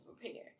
prepare